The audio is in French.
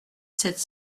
sept